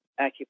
acupuncture